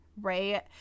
right